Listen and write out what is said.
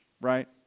right